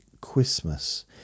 Christmas